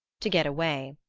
to get away.